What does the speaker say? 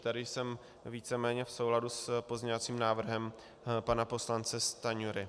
Tady jsem víceméně v souladu s pozměňovacím návrhem pana poslance Stanjury.